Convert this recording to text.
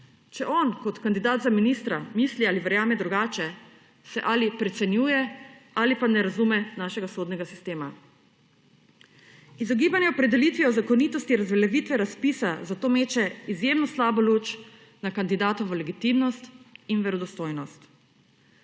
Če on, kot kandidat za ministra, misli ali verjame drugače, se ali precenjuje ali pa ne razume našega sodnega sistema. Izogibanje pred opredelitvijo zakonitosti razveljavitve razpisa zato meče izjemno slabo luč na kandidatovo legitimnost in verodostojnost.